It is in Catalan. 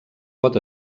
pot